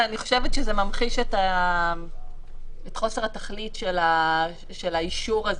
אני חושבת שזה ממחיש את חוסר התכלית של האישור הזה.